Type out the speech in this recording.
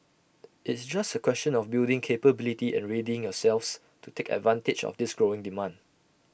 it's just A question of building capability and readying yourselves to take advantage of this growing demand